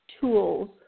tools